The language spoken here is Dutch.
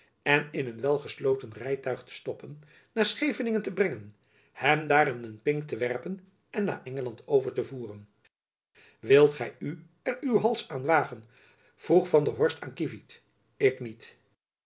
lichten in een welgesloten rijtuig te stoppen naar scheveningen te brengen hem daar in een pink te werpen en naar engeland over te voeren wilt gy er uw hals aan wagen vroeg van der horst aan kievit ik niet